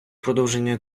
продовження